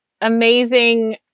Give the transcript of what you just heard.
amazing